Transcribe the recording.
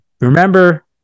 remember